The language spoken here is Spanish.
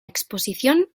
exposición